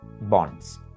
bonds